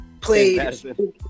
played